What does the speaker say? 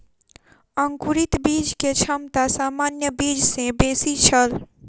अंकुरित बीज के क्षमता सामान्य बीज सॅ बेसी छल